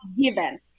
given